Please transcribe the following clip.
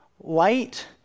light